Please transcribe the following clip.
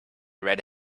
red